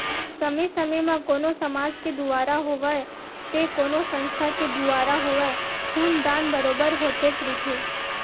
समे समे म कोनो समाज के दुवारा होवय ते कोनो संस्था के दुवारा होवय खून दान बरोबर होतेच रहिथे